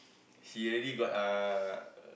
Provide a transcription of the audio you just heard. she already got uh